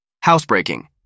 Housebreaking